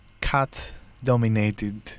cat-dominated